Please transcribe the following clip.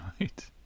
Right